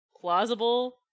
plausible